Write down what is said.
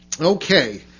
Okay